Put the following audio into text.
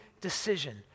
decision